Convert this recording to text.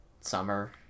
summer